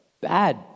bad